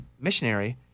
missionary